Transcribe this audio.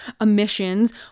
emissions